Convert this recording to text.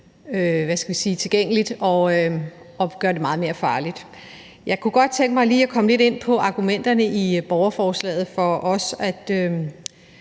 tilgængeligt og gøre det meget mere farligt. Jeg kunne godt tænke mig lige at komme lidt ind på argumenterne i borgerforslaget og også